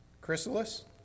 Chrysalis